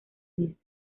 business